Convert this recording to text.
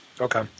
okay